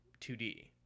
2D